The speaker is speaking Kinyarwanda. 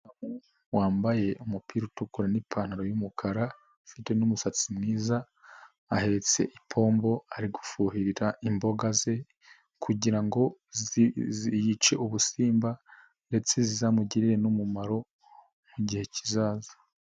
Wambaye umupira utukura n'ipantaro y'umukara ufite n'umusatsi mwiza ahetse ipombo ari gufuhira imboga ze kugira ngo yice ubusimba ndetse zizamugirire n'umumaro mu gihe kizaza.